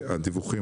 הדיווחים